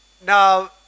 Now